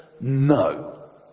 No